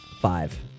Five